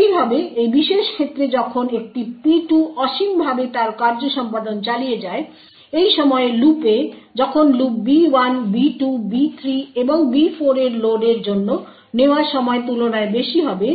এইভাবে এই বিশেষ ক্ষেত্রে যখন একটি P2 অসীমভাবে তার কার্য সম্পাদন চালিয়ে যায় এই সময় লুপে যখন লুপ B1 B2 B3 এবং B4 এর লোডের জন্য নেওয়া সময় তুলনায় বেশি হবে